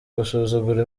gusuzugura